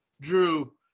drew